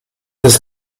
des